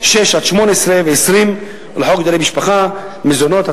6 18 ו-20 לחוק דיני המשפחה (מזונות),